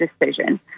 decision